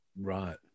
Right